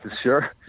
Sure